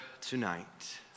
tonight